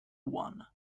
one